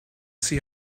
see